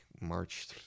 March